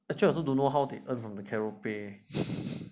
actually I also don't know how they earn from the Caroupay